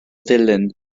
ddulyn